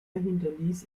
hinterließ